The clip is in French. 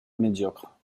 médiocre